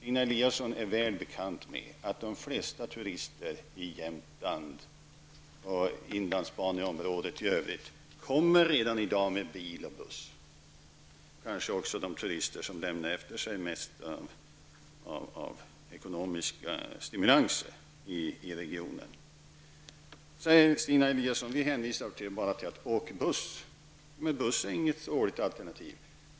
Stina Eliasson är väl bekant med att de flesta turister i Jämtland och i inlandsbaneområdet i övrigt redan i dag kommer med bil och buss, kanske även de turister som lämnar efter sig de mesta ekonomiska stimulanserna i regionen. Så säger Stina Eliasson att regeringen bara hänvisar folk till att åka buss. Men bussar är inget dåligt alternativ.